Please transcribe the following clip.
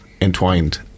entwined